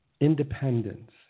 independence